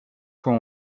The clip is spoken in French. fois